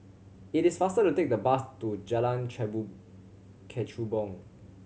it is faster to take the bus to Jalan Kechubong